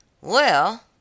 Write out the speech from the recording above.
Well